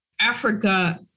Africa